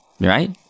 right